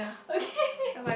okay